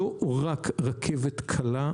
לא רק רכבת קלה,